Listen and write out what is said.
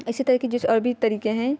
اسی طریقے جیسے اور بھی طریقے ہیں